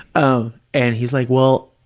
um and he's like, well,